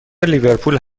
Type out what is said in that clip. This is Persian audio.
لیورپول